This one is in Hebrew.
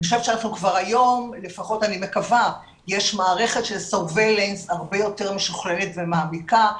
אני מקווה שהיום יש מערכת הרבה יותר משוכללת ומעמיקה,